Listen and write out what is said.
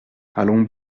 allons